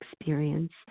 experience